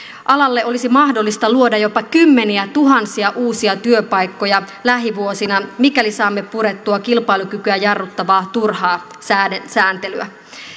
alalle olisi mahdollista luoda jopa kymmeniätuhansia uusia työpaikkoja lähivuosina mikäli saamme purettua kilpailukykyä jarruttavaa turhaa sääntelyä sääntelyä